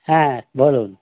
হ্যাঁ বলুন